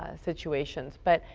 ah situations. but,